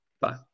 bye